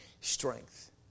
strength